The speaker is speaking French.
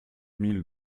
mille